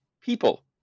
people